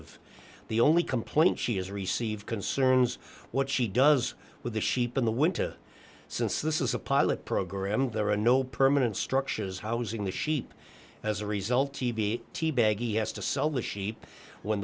of the only complaint she has received concerns what she does with the sheep in the winter since this is a pilot program there are no permanent structures housing the sheep as a result t v teabag has to sell the sheep when